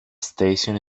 station